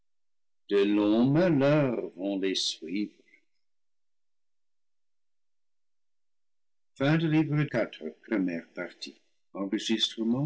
de longs malheurs vont les suivre